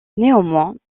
néanmoins